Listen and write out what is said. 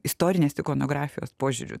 istorinės ikonografijos požiūriu